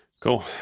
Cool